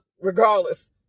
regardless